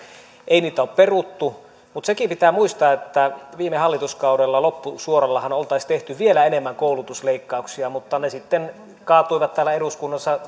ei niitä ole peruttu mutta sekin pitää muistaa että viime hallituskaudella loppusuorallahan oltaisiin tehty vielä enemmän koulutusleikkauksia mutta ne sitten kaatuivat täällä eduskunnassa